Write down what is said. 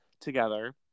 together